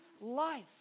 life